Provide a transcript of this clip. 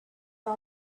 but